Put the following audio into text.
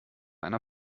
einer